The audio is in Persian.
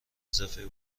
اضافه